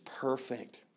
perfect